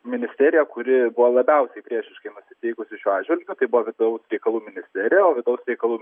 ministerija kuri buvo labiausiai priešiškai nusiteikusi šiuo atžvilgiu tai buvo vidaus reikalų ministerija o vidaus reikalų